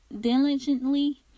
diligently